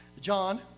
John